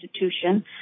institution